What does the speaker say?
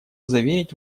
заверить